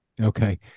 Okay